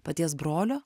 paties brolio